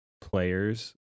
players